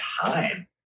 time